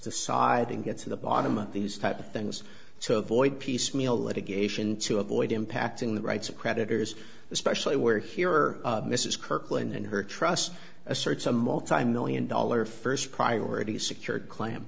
siding get to the bottom of these type of things to avoid piecemeal litigation to avoid impacting the rights of creditors especially where here this is kirkland and her trust asserts a multimillion dollar first priority secured cla